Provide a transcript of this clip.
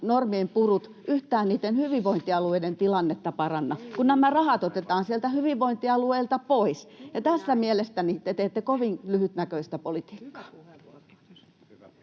normien purut yhtään niitten hyvinvointialueiden tilannetta paranna, [Vasemmalta: Ei niin, päinvastoin!] kun nämä rahat otetaan sieltä hyvinvointialueilta pois. Tässä mielestäni te teette kovin lyhytnäköistä politiikkaa.